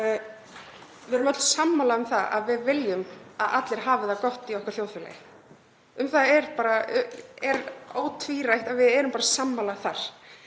Við erum öll sammála um að við viljum að allir hafi það gott í okkar þjóðfélagi. Það er ótvírætt að við erum sammála þar.